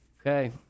Okay